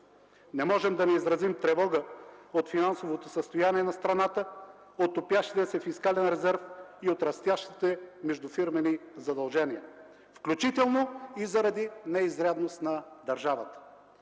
Не можем да не изразим тревога от финансовото състояние на страната, от топящия се фискален резерв и от растящите междуфирмени задължения, включително и заради неизрядност на държавата.